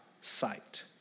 sight